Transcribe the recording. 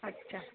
अच्छा